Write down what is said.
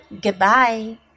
goodbye